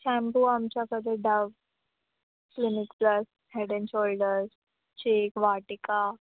shampoo आमच्याकडे Dove Clinic Plus Head and shoulders Vatika